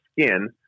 skin